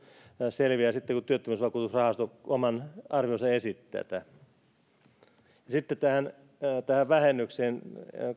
selviää vasta sitten kun työttömyysvakuutusrahasto oman arvionsa esittää tähän sitten tähän vähennykseen